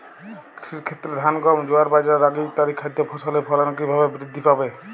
কৃষির ক্ষেত্রে ধান গম জোয়ার বাজরা রাগি ইত্যাদি খাদ্য ফসলের ফলন কীভাবে বৃদ্ধি পাবে?